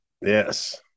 Yes